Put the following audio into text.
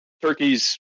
turkeys